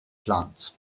plants